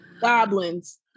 Goblins